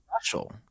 special